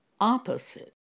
opposite